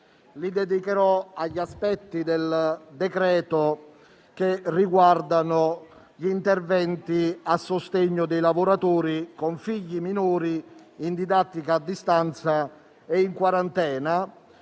disposizione agli aspetti del provvedimento che riguardano gli interventi a sostegno dei lavoratori con figli minori in didattica a distanza e in quarantena.